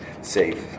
safe